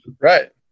Right